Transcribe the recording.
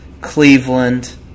Cleveland